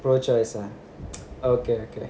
pro choice ah okay okay